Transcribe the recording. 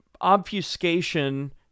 obfuscation